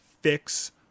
fix